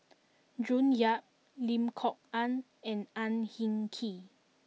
June Yap Lim Kok Ann and Ang Hin Kee